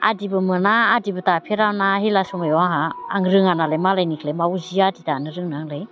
आदिबो मोना आदिबो दाफेराना अब्ला समायाव आंहा आं रोङा नालाय मालायनिखौलाय माव सि आदि दानो रोंनो आंलाय